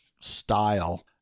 style